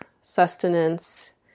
sustenance